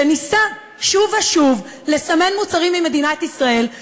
וניסה שוב ושוב לסמן מוצרים ממדינת ישראל,